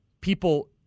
people